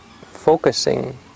focusing